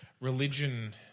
religion